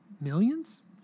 millions